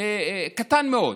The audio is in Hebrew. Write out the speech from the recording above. קטן מאוד